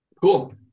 cool